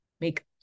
make